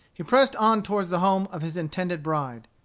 he pressed on toward the home of his intended bride.